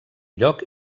lloc